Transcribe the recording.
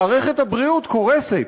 מערכת הבריאות קורסת,